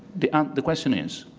the and the question is,